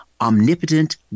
omnipotent